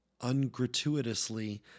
ungratuitously